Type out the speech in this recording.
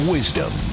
Wisdom